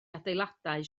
adeiladau